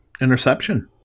interception